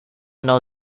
know